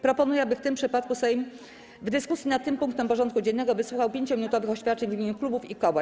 Proponuję, aby w tym przypadku Sejm w dyskusji nad tym punktem porządku dziennego wysłuchał 5-minutowych oświadczeń w imieniu klubów i koła.